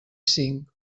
cinc